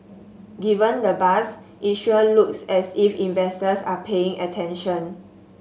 given the buzz it sure looks as if investors are paying attention